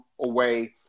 away